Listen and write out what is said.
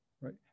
right